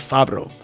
Fabro